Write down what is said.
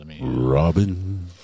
Robin